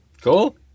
Cool